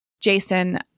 Jason